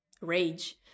rage